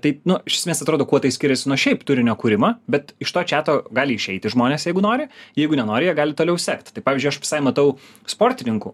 taip nu iš ėsmės atrodo kuo tai skiriasi nuo šiaip turinio kūrimo bet iš to čiato gali išeiti žmonės jeigu nori jeigu nenori jie gali toliau sekt tai pavyzdžiui aš visai matau sportininkų